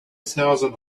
thousand